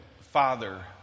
father